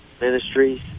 Ministries